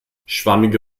schwammige